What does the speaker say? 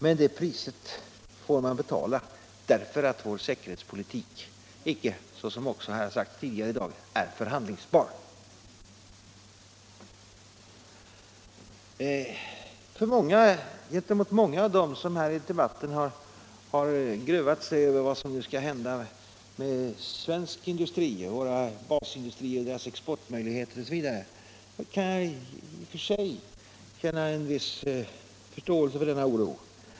Men det priset får man betala, därför att vår säkerhetspolitik icke — såsom jag också sagt tidigare i dag — är förhandlingsbar. Många av dem som har deltagit i debatten här har gruvat sig över vad som skall hända med svensk industri — våra basindustrier och deras exportmöjligheter. Jag kan i och för sig känna en viss förståelse inför denna oro.